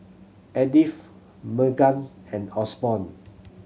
Edith Meghann and Osborne